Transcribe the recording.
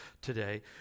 today